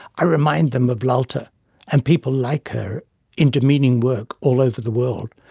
i remind them of lalta and people like her in demeaning work all over the world,